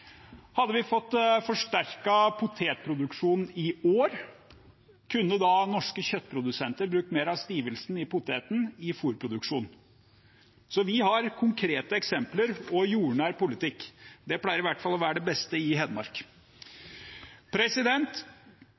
Hadde vi fått forsterket potetproduksjonen i år, kunne norske kjøttprodusenter brukt mer av stivelsen i poteten i fôrproduksjon. Så vi har konkrete eksempler og jordnær politikk. Det pleier i hvert fall å være det beste i Hedmark.